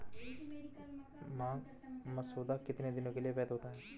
मांग मसौदा कितने दिनों के लिए वैध होता है?